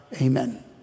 Amen